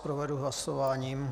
Provedu vás hlasováním.